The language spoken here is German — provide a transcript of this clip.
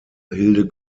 hilde